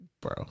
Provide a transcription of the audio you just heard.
Bro